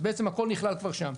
אז בעצם הכול נכלל כבר שם,